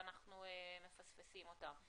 ואנחנו מפספסים אותם.